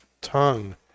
tongue